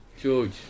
George